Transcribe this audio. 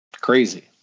Crazy